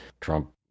Trump